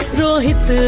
rohit